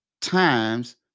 times